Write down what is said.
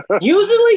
Usually